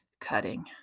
cutting